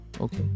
okay